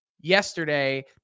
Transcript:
yesterday